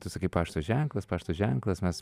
tu sakai pašto ženklas pašto ženklas mes